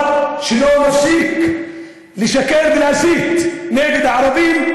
אני מדבר על השר שלא מפסיק לשקר ולהסית נגד הערבים,